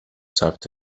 ثبت